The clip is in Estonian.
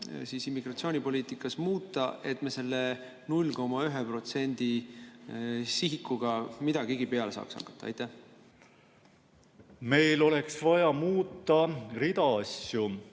meie immigratsioonipoliitikas muuta, et me selle 0,1% sihiga midagigi peale saaks hakata? Meil oleks vaja muuta rida asju.